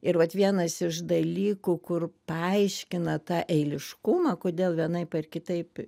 ir vat vienas iš dalykų kur paaiškina tą eiliškumą kodėl vienaip ar kitaip